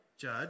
Judge